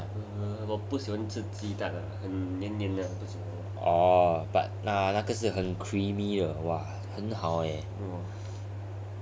but 那个是很 creamy 的 !wah! 很好 eh